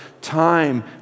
time